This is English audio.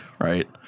right